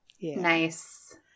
Nice